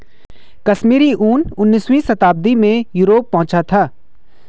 कश्मीरी ऊन उनीसवीं शताब्दी में यूरोप पहुंचा था